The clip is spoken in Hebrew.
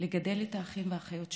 לגדל את האחים והאחיות שלה.